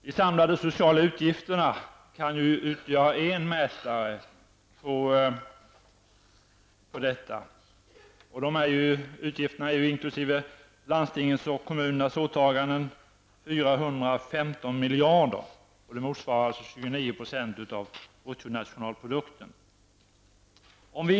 De samlade sociala utgifterna kan utgöra en mätare i detta sammanhang. De här utgifterna, inkl. landstingens och kommunernas åtaganden, uppgår till 415 miljarder. Det motsvarar 29 % av bruttonationalprodukten.